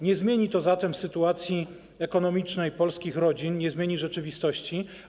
Nie zmieni to zatem sytuacji ekonomicznej polskich rodzin, nie zmieni rzeczywistości.